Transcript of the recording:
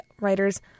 writers